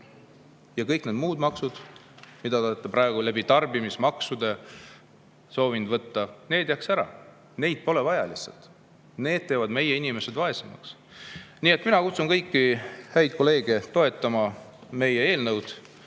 Kõik need muud maksud, mida te praegu tarbimismaksudena soovite võtta, jääks ära. Neid pole lihtsalt vaja, need teevad meie inimesed vaesemaks. Nii et mina kutsun üles kõiki häid kolleege toetama meie eelnõu.